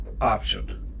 option